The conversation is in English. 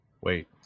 wait